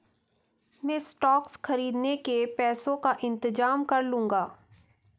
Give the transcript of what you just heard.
मैं स्टॉक्स खरीदने के पैसों का इंतजाम कर लूंगा